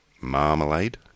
marmalade